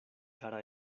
kara